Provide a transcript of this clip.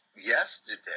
yesterday